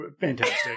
Fantastic